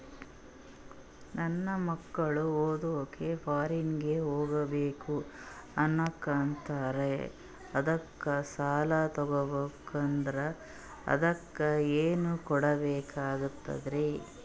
ನನ್ನ ಮಕ್ಕಳು ಓದ್ಲಕ್ಕ ಫಾರಿನ್ನಿಗೆ ಹೋಗ್ಬಕ ಅನ್ನಕತ್ತರ, ಅದಕ್ಕ ಸಾಲ ತೊಗೊಬಕಂದ್ರ ಅದಕ್ಕ ಏನ್ ಕೊಡಬೇಕಾಗ್ತದ್ರಿ?